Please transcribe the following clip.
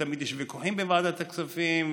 ותמיד יש ויכוחים בוועדת הכספים.